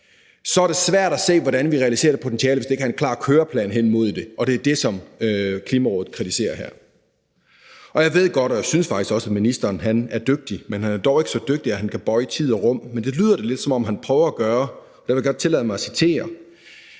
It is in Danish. er det svært at se, hvordan vi realiserer det potentiale, hvis ikke der er en klar køreplan hen imod det, og det er det, som Klimarådet kritiserer her. Jeg ved godt, og jeg synes faktisk også, at ministeren er dygtig, men han er dog ikke så dygtig, at han kan bøje tid og rum, men det lyder lidt, som om han prøver at gøre det, og derfor vil jeg godt tillade mig at citere.